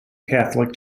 catholic